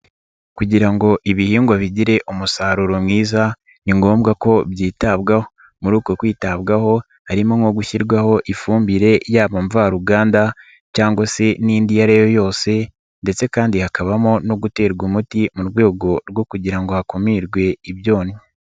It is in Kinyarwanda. Kugira ngo ibihingwa bigire umusaruro mwiza ni ngombwa ko byitabwaho muri uko kwitabwaho harimo nko gushyirwaho ifumbire yaba mvaruganda cyangwa se n'indi ariyo yose ndetse kandi hakabamo no guterwa umuti mu rwego rwo kugira ngo hakumirwe ibyonnyi.